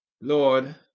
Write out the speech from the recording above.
Lord